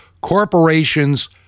Corporations